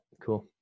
Cool